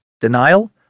denial